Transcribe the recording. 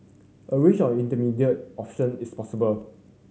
a range of intermediate option is possible